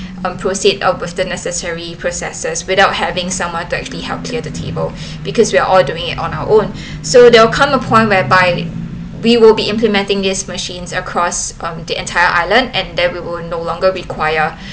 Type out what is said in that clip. and proceed with the necessary processes without having someone to actually help clear the table because we're all doing it on our own so they'll come a point whereby we will be implementing this machines across um the entire island and then we were no longer require